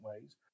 ways